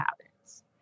habits